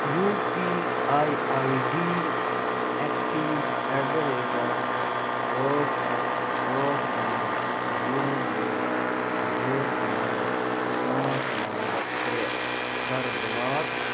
U P I I D access at the rate of ٲٹھ اکھ ٲٹھ پانٛژھ زیٖرو زیٖرو زٕ نَو پانٛژھ نَو ترٛےٚ کَر بُلاک